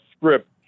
script